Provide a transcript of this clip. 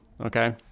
okay